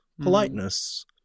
politeness